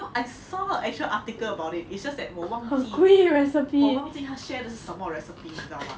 I saw I saw article about it it's just that 我忘记她 share 的是什么 recipe 你知道吗